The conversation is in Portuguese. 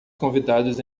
convidados